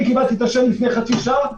אני קיבלתי את השם לפני חצי שעה.